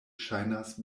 ŝajnas